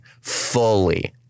fully